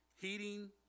heating